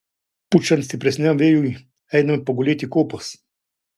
pučiant stipresniam vėjui einame pagulėti į kopas